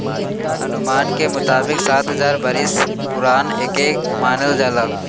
अनुमान के मुताबिक सात हजार बरिस पुरान एके मानल जाला